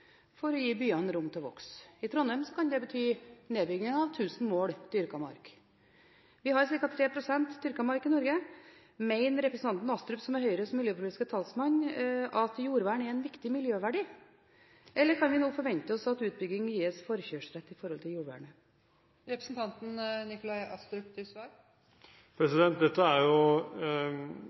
for å gi byene rom til å vokse. I Trondheim kan det bety nedbygging av 1 000 mål dyrket mark. Vi har ca. 3 pst. dyrket mark i Norge. Mener representanten Astrup, som er Høyres miljøpolitiske talsmann, at jordvern er en viktig miljøverdi? Eller kan vi nå forvente oss at utbygging gis forkjørsrett i forhold til jordvernet? Dette er en problemstilling som må avveies i det enkelte tilfellet. Det er